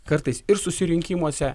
kartais ir susirinkimuose